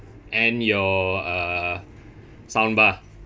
and your uh sound bar